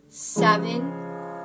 seven